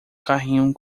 carrinho